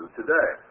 today